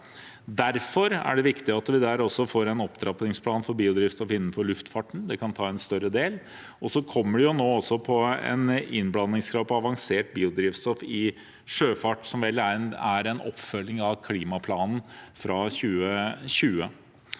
Derfor er det viktig at vi også får en opptrappingsplan for biodrivstoff innenfor luftfarten, det kan ta en større del. Nå kommer det også innblandingskrav på avansert biodrivstoff i sjøfart, som vel er en oppfølging av klimaplanen fra 2020.